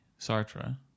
Sartre